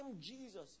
Jesus